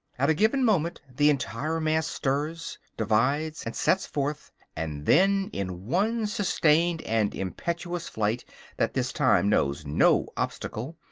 at a given moment the entire mass stirs, divides and sets forth and then, in one sustained and impetuous flight that this time knows no obstacle,